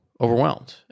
overwhelmed